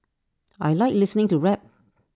I Like listening to rap